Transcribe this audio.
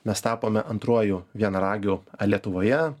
mes tapome antruoju vienaragiu lietuvoje